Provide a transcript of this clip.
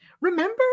remember